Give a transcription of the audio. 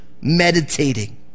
Meditating